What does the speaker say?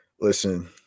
listen